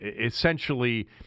essentially